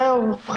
זהו.